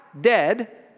dead